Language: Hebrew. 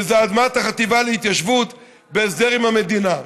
וזאת אדמת החטיבה להתיישבות בהסדר עם המדינה.